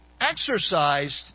exercised